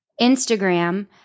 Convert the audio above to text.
Instagram